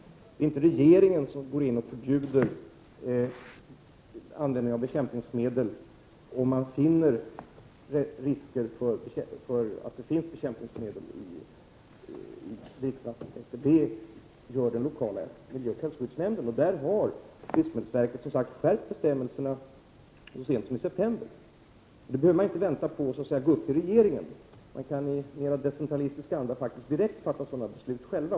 Det är inte regeringen som förbjuder användningen av bekämpningsmedel om man finner risker för att det kan finnas bekämpningsmedel i dricksvattnet. Det gör den lokala miljöoch hälsoskyddsnämnden. Livsmedelsverket har skärpt bestämmelserna så sent som i september. Man behöver inte vänta med åtgärder för att ärendet först skall till regeringen. Nämnderna kan i mer decentralistisk anda fatta sådana beslut själva.